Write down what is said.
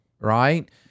right